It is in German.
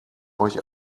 euch